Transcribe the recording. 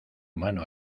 mano